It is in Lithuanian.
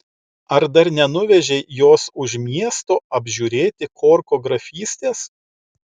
ar dar nenuvežei jos už miesto apžiūrėti korko grafystės